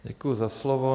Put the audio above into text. Děkuji za slovo.